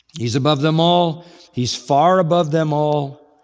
he's above them all he's far above them all.